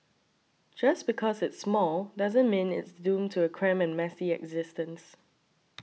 just because it's small doesn't mean it's doomed to a cramped messy existence